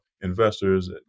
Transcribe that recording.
investors